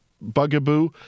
bugaboo